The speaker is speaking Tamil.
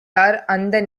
அந்த